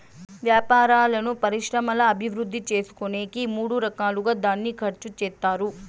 వ్యాపారాలను పరిశ్రమల అభివృద్ధి చేసుకునేకి మూడు రకాలుగా దాన్ని ఖర్చు చేత్తారు